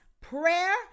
prayer